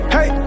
Hey